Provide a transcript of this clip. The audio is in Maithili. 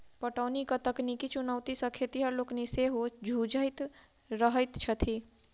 पटौनीक तकनीकी चुनौती सॅ खेतिहर लोकनि सेहो जुझैत रहैत छथि